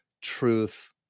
truth